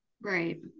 right